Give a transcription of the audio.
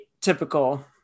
typical